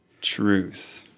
truth